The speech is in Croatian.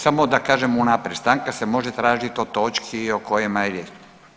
Samo da kažem unaprijed, stanka se može tražit o točki o kojima je riječ.